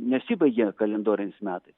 nesibaigė kalendoriniais metais